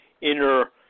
inner